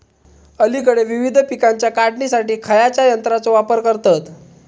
अलीकडे विविध पीकांच्या काढणीसाठी खयाच्या यंत्राचो वापर करतत?